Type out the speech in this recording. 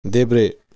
देब्रे